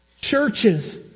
churches